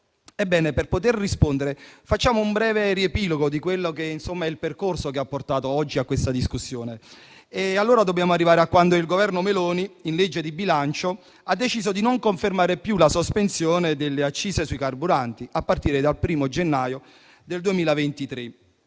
Per poter rispondere, facciamo un breve riepilogo del percorso che ha portato a questa discussione. Dobbiamo tornare allora a quando il Governo Meloni, in sede di esame della legge di bilancio, ha deciso di non confermare più la sospensione delle accise sui carburanti a partire dal 1° gennaio del 2023,